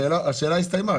השאלה הסתיימה,